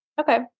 Okay